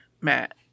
Matt